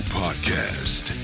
podcast